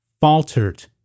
Faltered